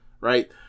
Right